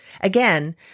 Again